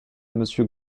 monsieur